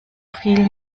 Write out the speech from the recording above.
viel